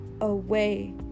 away